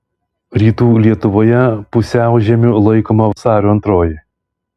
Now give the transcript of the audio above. rytų lietuvoje pusiaužiemiu laikoma vasario antroji